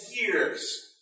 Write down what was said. years